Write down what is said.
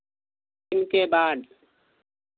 तीन दिन के बाद